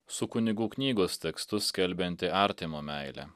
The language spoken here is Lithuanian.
su kunigų knygos tekstu skelbiantį artimo meilę